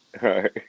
right